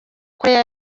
koreya